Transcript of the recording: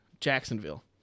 Jacksonville